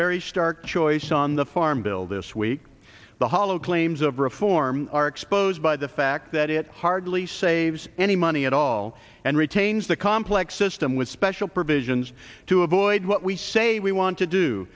very stark choice on the farm bill this week the hollow claims of reform are exposed by the fact that it hardly saves any money at all and retains the complex system with special provisions to avoid what we say we want to do